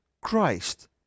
Christ